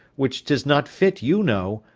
which tis not fit you know,